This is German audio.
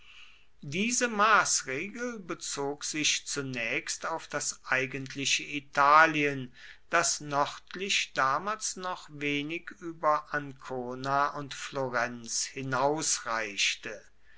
diese maßregel bezog sich zunächst auf das eigentliche italien das nördlich damals noch wenig über ancona und florenz hinausreichte